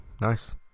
nice